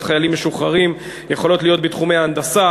חיילים משוחררים יכולות להיות בתחומי ההנדסה,